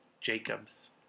Jacobs